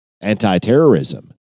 anti-terrorism